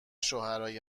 شوهرای